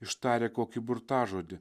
ištarę kokį burtažodį